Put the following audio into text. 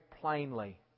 plainly